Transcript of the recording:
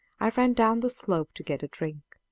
i ran down the slope to get a drink.